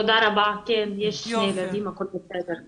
תודה רבה, יש לי ילדים הכל בסדר.